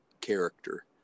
character